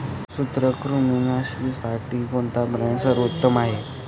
सूत्रकृमिनाशीसाठी कोणता ब्रँड सर्वोत्तम आहे?